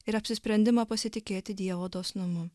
ir apsisprendimą pasitikėti dievo dosnumu